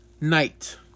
Night